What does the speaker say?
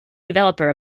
developer